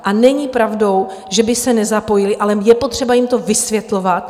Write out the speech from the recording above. A není pravdou, že by se nezapojili, ale je potřeba jim to vysvětlovat.